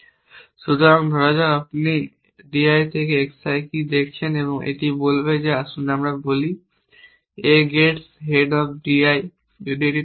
সুতরাং ধরা যাক আপনি di থেকে xi কে দেখছেন এবং c এটি বলবে আসুন আমরা বলি a gets head of di যদি এটি একটি তালিকা হয়